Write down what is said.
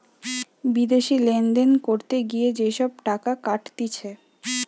বিদেশি লেনদেন করতে গিয়ে যে সব টাকা কাটতিছে